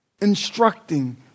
instructing